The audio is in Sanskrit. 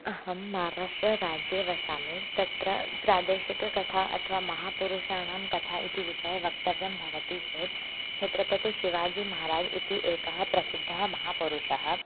अहं माराष्ट्राराज्ये वसामि तत्र प्रादेशिककथा अथवा महापुरुषाणां कथा इति विषये वक्तव्यं भवति चेत् क्षत्रपतिशिवाजिमहराज् इति एकः प्रसिद्धः महापुरुषः